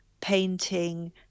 painting